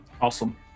Awesome